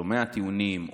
שומע טיעונים,